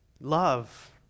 love